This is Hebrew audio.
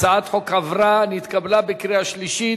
הצעת החוק עברה, נתקבלה בקריאה שלישית,